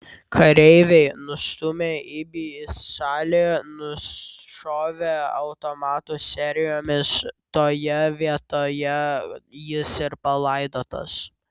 kareiviai nustūmę ibį į šalį nušovė automatų serijomis toje vietoje jis ir palaidotas